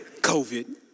COVID